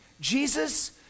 Jesus